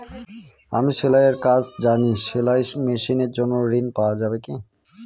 আমি সেলাই এর কাজ জানি সেলাই মেশিনের জন্য ঋণ পাওয়া যাবে কি?